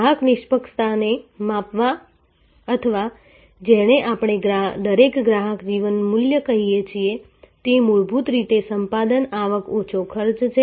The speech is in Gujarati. ગ્રાહક નિષ્પક્ષતાને માપવા અથવા જેને આપણે દરેક ગ્રાહકનું જીવન મૂલ્ય કહીએ છીએ તે મૂળભૂત રીતે સંપાદન આવક ઓછો ખર્ચ છે